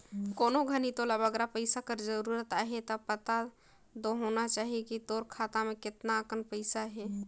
कोनो घनी तोला बगरा पइसा कर जरूरत अहे ता पता दो होना चाही कि तोर खाता में केतना अकन पइसा अहे